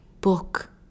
book